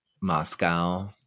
Moscow